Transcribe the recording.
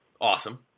Awesome